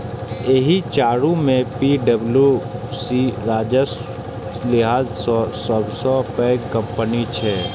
एहि चारू मे पी.डब्ल्यू.सी राजस्वक लिहाज सं सबसं पैघ कंपनी छै